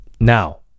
Now